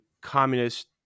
communist